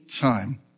time